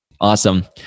Awesome